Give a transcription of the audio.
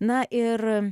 na ir